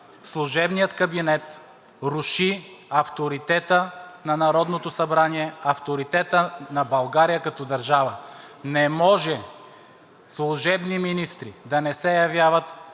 Служебният кабинет руши авторитета на Народното събрание, авторитета на България като държава. Не може служебни министри да не се явяват